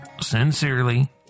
Sincerely